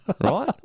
right